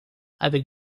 avec